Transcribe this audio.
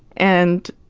and